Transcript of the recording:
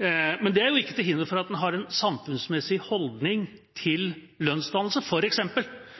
Men det er jo ikke til hinder for at en har en samfunnsmessig holdning til lønnsdannelse,